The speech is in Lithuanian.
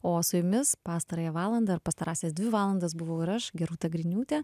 o su jumis pastarąją valandą ir pastarąsias dvi valandas buvau ir aš gerūta griniūtė